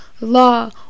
law